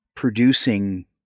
Producing